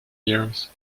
years